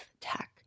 tech